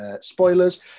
spoilers